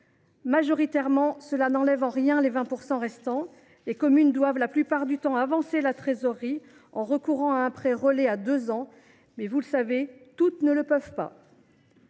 majorité des cas, cela n’enlève en rien les 20 % restants. Les communes doivent la plupart du temps avancer la trésorerie en recourant à un prêt relais à deux ans, mais, vous le savez, toutes ne le peuvent pas.